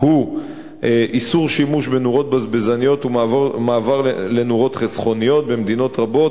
הוא איסור שימוש בנורות בזבזניות ומעבר לנורות חסכוניות במדינות רבות,